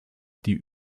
die